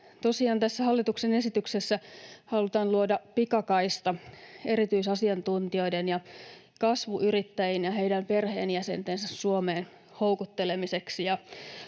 hallituksen esityksessä halutaan luoda pikakaista erityisasiantuntijoiden ja kasvuyrittäjien ja heidän perheenjäsentensä Suomeen houkuttelemiseksi